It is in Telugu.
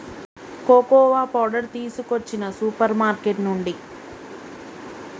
కోకోవా పౌడరు తీసుకొచ్చిన సూపర్ మార్కెట్ నుండి